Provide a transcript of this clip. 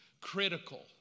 critical